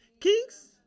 kings